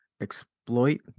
exploit